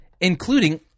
Including